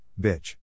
bitch